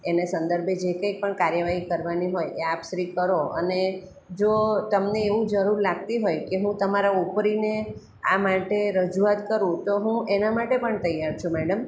એને સંદર્ભે જે કંઈ પણ કાર્યવાહી કરવાની હોય એ આપ શ્રી કરો અને જો તમને એવું જરૂર લાગતી હોય કે હું તમારા ઉપરીને આ માટે રજૂઆત કરું તો હું એના માટે પણ તૈયાર છું મેડમ